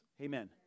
Amen